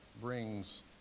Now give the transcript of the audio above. brings